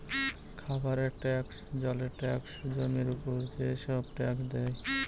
খাবারের ট্যাক্স, জলের ট্যাক্স, জমির উপর যেসব ট্যাক্স দেয়